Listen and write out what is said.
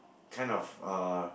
kind of uh